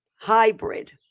hybrid